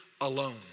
alone